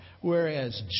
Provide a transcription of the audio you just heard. whereas